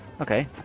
Okay